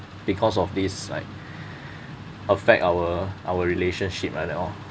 because of this like affect our our relationship like that lor